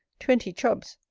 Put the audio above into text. twenty chubs.